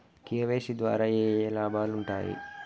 KYC ద్వారా ఏఏ లాభాలు ఉంటాయి?